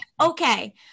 okay